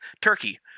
Turkey